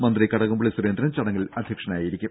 മന്ത്രി കടകംപള്ളി സുരേന്ദ്രൻ ചടങ്ങിൽ അധ്യക്ഷനാകും